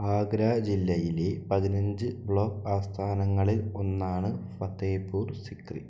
ആഗ്ര ജില്ലയിലെ പതിനഞ്ച് ബ്ലോക്ക് ആസ്ഥാനങ്ങളിൽ ഒന്നാണ് ഫത്തേപൂർ സിക്രി